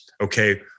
Okay